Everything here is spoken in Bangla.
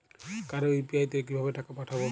কারো ইউ.পি.আই তে কিভাবে টাকা পাঠাবো?